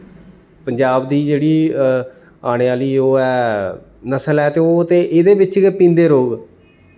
पंजाब दी जेह्ड़ी आने आह्ली ओह् ऐ नसल ऐ ते ओह् ते इं'दी बिच्च गै प्हींदे रौह्ग